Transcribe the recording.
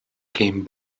came